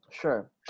sure